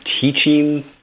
teaching